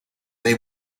they